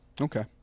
Okay